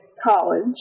College